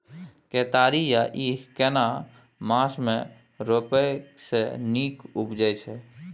केतारी या ईख केना मास में रोपय से नीक उपजय छै?